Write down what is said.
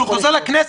הוא חוזר לכנסת.